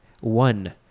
One